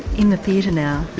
in the theatre now,